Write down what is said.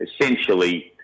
essentially